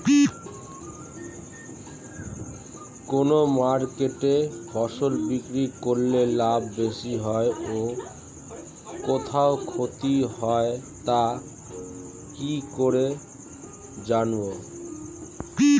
কোন মার্কেটে ফসল বিক্রি করলে লাভ বেশি হয় ও কোথায় ক্ষতি হয় তা কি করে জানবো?